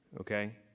Okay